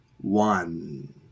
one